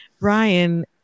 Brian